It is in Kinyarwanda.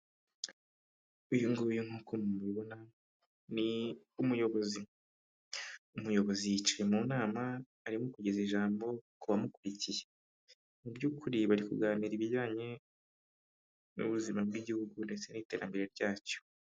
Uyu nguyu nk'uko mubibona ni umuyobozi. Umuyobozi yicaye mu nama arimo kugeza ijambo ku bamukurikiye. Mu by'ukuri bari kuganira ibijyanye n'ubuzima bw'igihugu ndetse n'iterambere ryacyo.